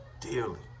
Dearly